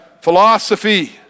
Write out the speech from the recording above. philosophy